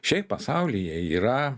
šiaip pasaulyje yra